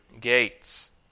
gates